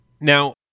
now